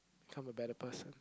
become a better person